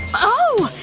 oh!